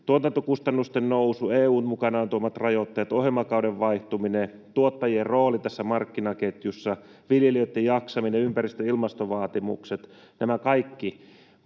Tuotantokustannusten nousu, EU:n mukanaan tuomat rajoitteet, ohjelmakauden vaihtuminen, tuottajien rooli tässä markkinaketjussa, viljelijöitten jaksaminen, ympäristö- ja ilmastovaatimukset, nämä kaikki.